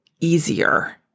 easier